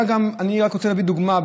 אני רק רוצה להביא דוגמה.